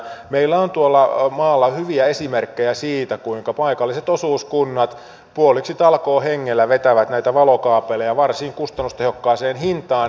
meillä on tuolla maalla hyviä esimerkkejä siitä kuinka paikalliset osuuskunnat puoliksi talkoohengellä vetävät näitä valokaapeleita varsin kustannustehokkaaseen hintaan